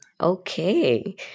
okay